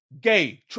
gay